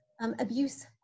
abuse